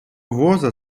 воза